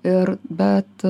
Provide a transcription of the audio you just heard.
ir bet